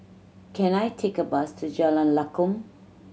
can I take a bus to Jalan Lakum